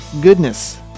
goodness